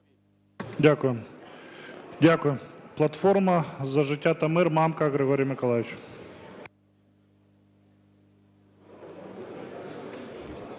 Дякую. "Платформа за життя та мир", Мамка Григорій Миколайович.